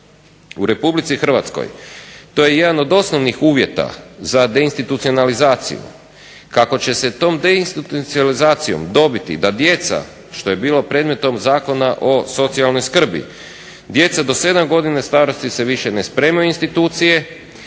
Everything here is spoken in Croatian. u Republici Hrvatskoj, to je jedan od osnovnih uvjeta za deinstitucionalizaciju, kako će se tom deinstitucionalizacijom dobiti da djeca, što je bilo predmetom Zakona o socijalnoj skrbi, djeca do 7 godina starosti se više ne spremaju u institucije,